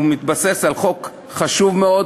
הוא מתבסס על חוק חשוב מאוד,